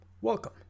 welcome